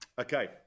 Okay